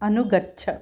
अनुगच्छ